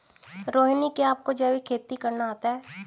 रोहिणी, क्या आपको जैविक खेती करना आता है?